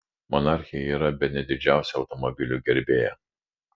monarchė yra bene didžiausia automobilių gerbėja